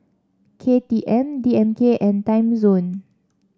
K T M D M K and Timezone